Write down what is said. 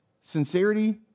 Sincerity